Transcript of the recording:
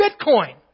Bitcoin